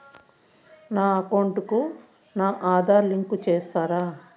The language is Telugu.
నా అకౌంట్ కు నా ఆధార్ నెంబర్ లింకు చేసారా